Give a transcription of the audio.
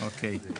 אוקיי.